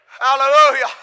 Hallelujah